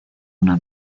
una